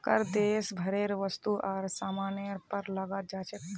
कर देश भरेर वस्तु आर सामानेर पर लगाल जा छेक